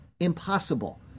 impossible